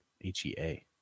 H-E-A